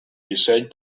disseny